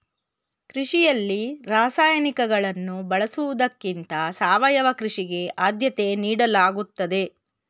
ಕೃಷಿಯಲ್ಲಿ ರಾಸಾಯನಿಕಗಳನ್ನು ಬಳಸುವುದಕ್ಕಿಂತ ಸಾವಯವ ಕೃಷಿಗೆ ಆದ್ಯತೆ ನೀಡಲಾಗುತ್ತದೆ